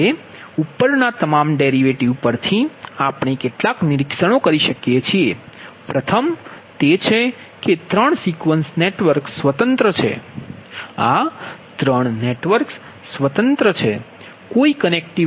હવે ઉપરના તમારા ડેરિવેટિવ પર થી આપણે કેટલાક નિરીક્ષણો કરી શકીએ છીએ પ્રથમ તે છે કે 3 સિક્વન્સ નેટવર્ક સ્વતંત્ર છે આ 3 નેટવર્ક્સ સ્વતંત્ર છે કોઈ કનેક્ટિવિટી નથી